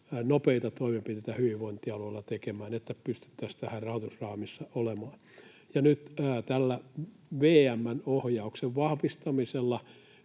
nopeita toimenpiteitä hyvinvointialueilla, että pystyttäisiin rahoitusraamissa olemaan. Nyt tällä VM:n ohjauksen vahvistamisella